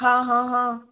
हा हा हा